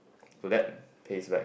could that pays back